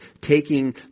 taking